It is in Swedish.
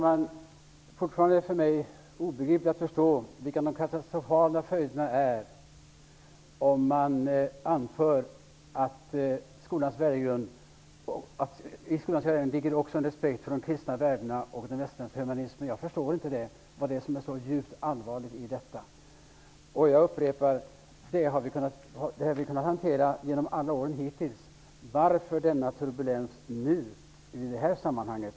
Fru talman! Det är för mig fortfarande obegripligt att förstå vilka de katastrofala följderna av att man anför att det i skolans värdegrund också ligger en respekt för de kristna värdena och den västerländska humanismen. Jag förstår inte vad det är som är så djupt allvarligt i detta. Jag upprepar att vi har kunnat hantera det genom alla år hittills. Varför denna turbulens nu i detta sammanhang?